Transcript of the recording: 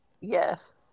Yes